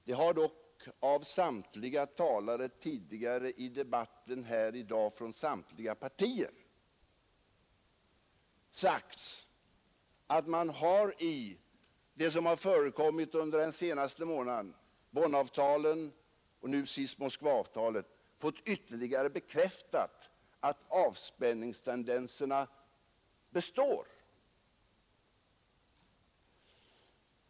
Det har dock av samtliga talare från samtliga partier tidigare i debatten här i dag sagts att det som förekommit under den senaste månaden, Bonnavtalen och nu sist Moskvaavtalet, har ytterligare bekräftat att avspänningstendenserna består.